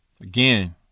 Again